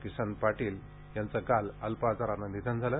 किसन पाटील यांचे काल अल्प आजाराने निधन झाले